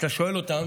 וכשאתה שואל אותם